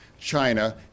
China